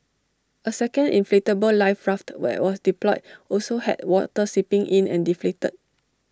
A second inflatable life raft where was deployed also had water seeping in and deflated